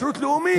שירות לאומי.